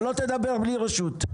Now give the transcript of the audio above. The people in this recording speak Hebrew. אתה לא תדבר בלי רשות.